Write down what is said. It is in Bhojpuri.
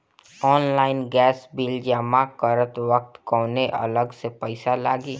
ऑनलाइन गैस बिल जमा करत वक्त कौने अलग से पईसा लागी?